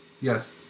Yes